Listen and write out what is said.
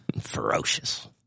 Ferocious